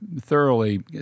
thoroughly